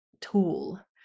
tool